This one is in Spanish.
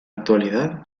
actualidad